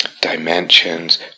dimensions